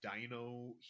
dino